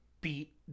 beat